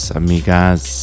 amigas